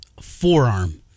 forearm